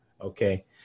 okay